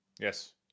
yes